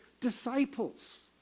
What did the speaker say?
disciples